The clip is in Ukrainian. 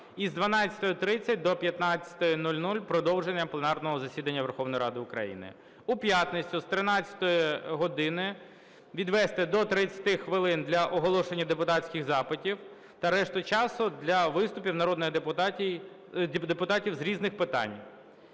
і з 12:30 до 15:00 – продовження пленарного засідання Верховної Ради України. У п'ятницю з 13 години відвести до 30 хвилин для оголошення депутатських запитів та решту часу – для виступів народних депутатів з різних питань.